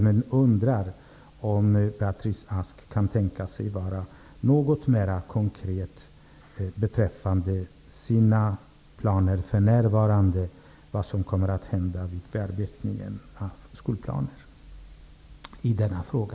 Men jag undrar om Beatrice Ask kan tänka sig vara något mera konkret beträffande sina planer på vad som skall hända i denna fråga vid regeringens bearbetning av läroplanerna.